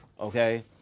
okay